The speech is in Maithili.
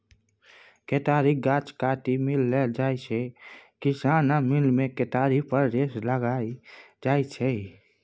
केतारीक गाछ काटि मिल लए जाइ छै किसान आ मिलमे केतारी पेर रस निकालल जाइ छै